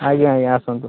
ଆଜ୍ଞା ଆଜ୍ଞା ଆସନ୍ତୁ